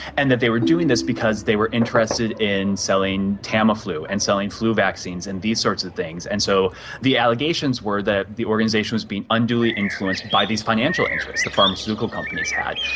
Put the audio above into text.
and that they were doing this because they were interested in selling tamiflu and selling flu vaccines and these sorts of things. and so the allegations were that the organisation was being unduly influenced by these financial interests the pharmaceutical companies had.